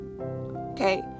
Okay